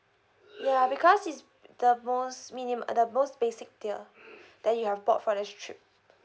ya because it's the most minim~ uh the most basic tier that you have bought for this trip